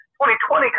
2020